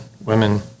women